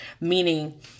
Meaning